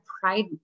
pride